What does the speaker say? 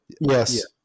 Yes